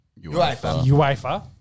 UEFA